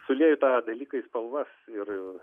sulieju tą dalyką į spalvas ir